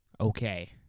Okay